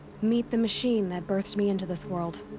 meet the machine that birthed me into this world.